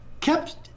kept